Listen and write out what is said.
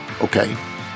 Okay